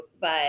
but-